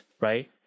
right